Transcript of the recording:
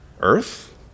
earth